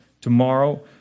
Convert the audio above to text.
Tomorrow